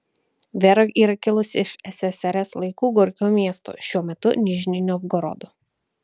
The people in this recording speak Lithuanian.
vera yra kilusi iš ssrs laikų gorkio miesto šiuo metu nižnij novgorodo